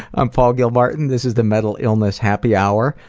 um paul gilmartin, this is the mental illness happy hour,